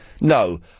No